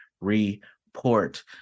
report